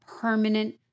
permanent